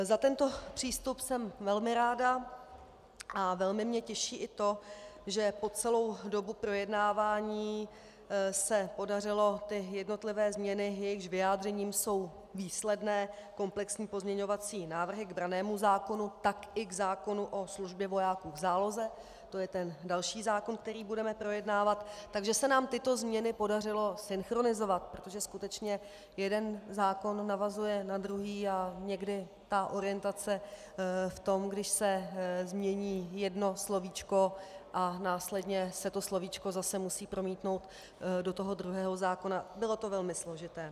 Za tento přístup jsem velmi ráda a velmi mě těší i to, že po celou dobu projednávání se podařilo jednotlivé změny, jejichž vyjádřením jsou výsledné komplexní pozměňovací návrhy k brannému zákonu, tak i k zákonu o službě vojáků v záloze, to je ten další zákon, který budeme projednávat, že se nám tyto změny podařilo synchronizovat, protože skutečně jeden zákon navazuje na druhý a někdy orientace v tom, když se změní jedno slovíčko a následně se to slovíčko musí zase promítnout do druhého zákona bylo to velmi složité.